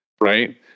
right